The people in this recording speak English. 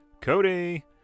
Cody